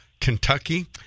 Kentucky